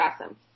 awesome